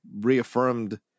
reaffirmed